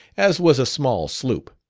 as was a small sloop.